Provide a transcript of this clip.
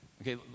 Okay